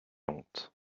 honte